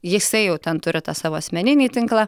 jisai jau ten turi tą savo asmeninį tinklą